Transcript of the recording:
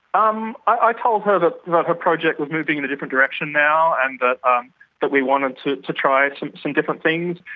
um i told her that her project was moving in a different direction now, and ah that we wanted to to try and different things,